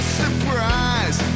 surprise